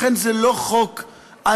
לכן, זה לא חוק אנטי-ערבי,